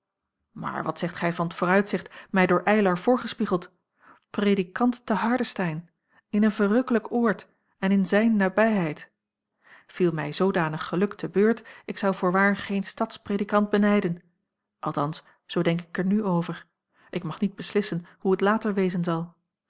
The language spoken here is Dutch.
maar wat zegt gij van het vooruitzicht mij door eylar voorgespiegeld predikant te hardestein in een verrukkelijk oord en in zijne nabijheid viel mij zoodanig geluk te beurt ik zou voorwaar geen stadspredikant benijden althans zoo denk ik er nu over ik mag niet beslissen hoe t later wezen zal